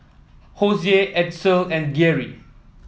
Hosea Edsel and Geary